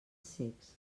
cecs